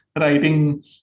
Writing